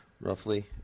roughly